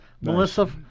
Melissa